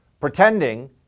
pretending